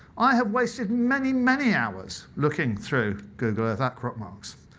i have wasted many, many hours looking through google earth at crop marks.